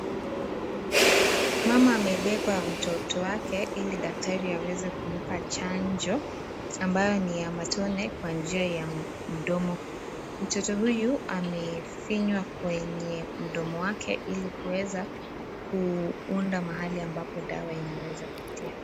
Mama amebeba mtoto wake ili daktari aweze kumpa chanjo ambayo ni ya matone kwa njia ya mdomo. Mtoto huyu amefinywa kwenye mdomo wake ili kuweza kuunda mahali ambapo dawa inaweza pitia.